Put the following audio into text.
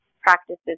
practices